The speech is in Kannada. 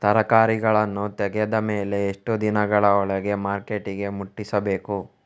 ತರಕಾರಿಗಳನ್ನು ತೆಗೆದ ಮೇಲೆ ಎಷ್ಟು ದಿನಗಳ ಒಳಗೆ ಮಾರ್ಕೆಟಿಗೆ ಮುಟ್ಟಿಸಬೇಕು?